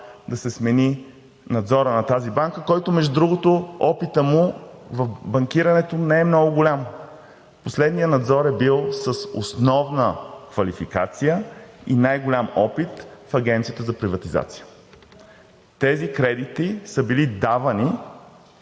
да се смени Надзорът на тази банка, който, между другото, опитът му в банкирането не е много голям. Последният Надзор е бил с основна квалификация и най-голям опит в Агенцията за приватизация. Тези кредити са били давани